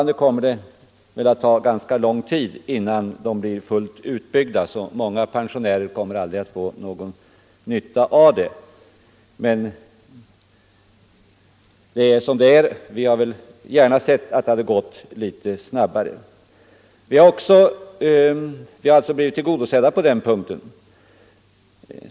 Det kommer dock att ta ganska lång tid innan systemet blir fullt utbyggt, och många pensionärer kommer därför aldrig att få någon nytta av ett höjt pensionstillskott. Vi hade gärna sett att utvecklingen gått litet snabbare, men våra önskemål har ändå något så när blivit tillgodosedda på den punkten.